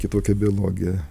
kitokia biologija